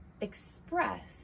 express